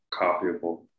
copyable